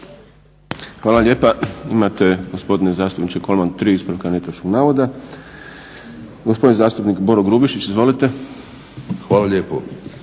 Hvala lijepa.